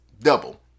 double